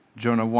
Jonah